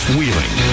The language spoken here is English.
Wheeling